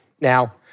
Now